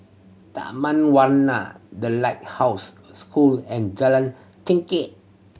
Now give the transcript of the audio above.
Taman Warna The Lighthouse School and Jalan Chengkek